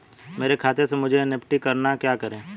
मेरे खाते से मुझे एन.ई.एफ.टी करना है क्या करें?